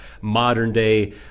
modern-day